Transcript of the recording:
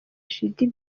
egidie